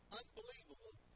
unbelievable